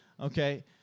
Okay